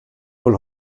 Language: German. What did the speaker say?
wohl